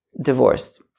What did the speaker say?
divorced